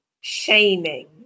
shaming